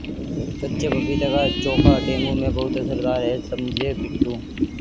कच्चे पपीते का चोखा डेंगू में बहुत असरदार है समझे पिंटू